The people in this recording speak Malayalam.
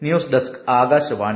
news desk Akashvani